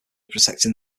protecting